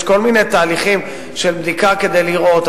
יש כל מיני תהליכים של בדיקה כדי לראות,